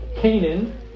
Canaan